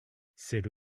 c’est